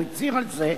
והוא הצהיר על זה,